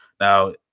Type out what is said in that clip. Now